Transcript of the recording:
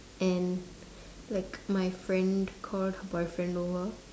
and like my friend called her boyfriend over